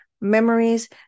memories